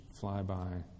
flyby